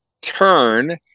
turn